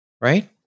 Right